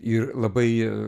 ir labai